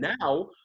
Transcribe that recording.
now